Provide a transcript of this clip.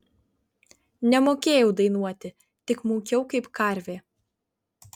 nemokėjau dainuoti tik mūkiau kaip karvė